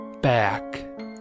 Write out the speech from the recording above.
Back